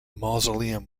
mausoleum